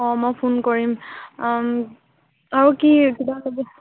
অঁ মই ফোন কৰিম আৰু কি কিবা ক'বি